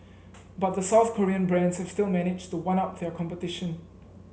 but the South Korean brands have still managed to one up their competition